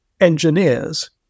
engineers